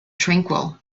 tranquil